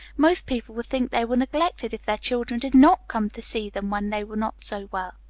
most people would think they were neglected, if their children did not come to see them when they were not so well.